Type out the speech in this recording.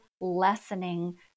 lessening